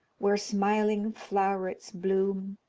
where smiling flow'rets bloom,